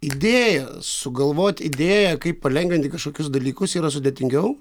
idėja sugalvot idėją kaip palengvinti kažkokius dalykus yra sudėtingiau